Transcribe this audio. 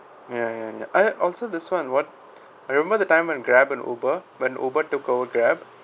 ya ya ya I also this [one] what I remember the time when Grab and Uber when Uber to go Grab